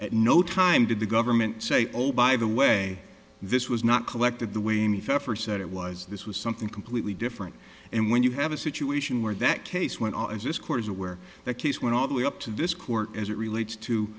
at no time did the government say oh by the way this was not collected the way any pfeffer said it was this was something completely different and when you have a situation where that case went on as this court is aware that case went all the way up to this court as it relates to